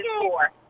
four